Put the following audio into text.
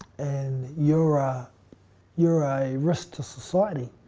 and you're ah you're a risk to society.